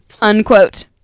Unquote